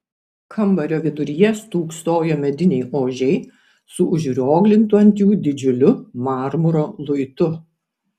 kambario viduryje stūksojo mediniai ožiai su užrioglintu ant jų didžiuliu marmuro luitu